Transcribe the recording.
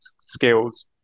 skills